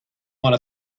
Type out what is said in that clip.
want